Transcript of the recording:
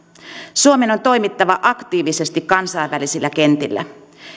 suomen on toimittava aktiivisesti kansainvälisillä kentillä